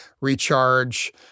recharge